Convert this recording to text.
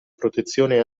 protezione